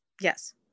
Yes